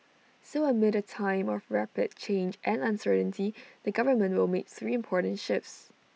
so amid A time of rapid change and uncertainty the government will make three important shifts